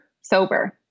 sober